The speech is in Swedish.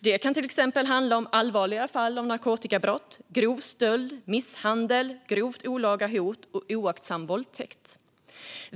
Det kan till exempel handla om allvarligare fall av narkotikabrott, grov stöld, misshandel, grovt olaga hot eller oaktsam våldtäkt.